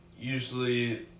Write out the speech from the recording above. usually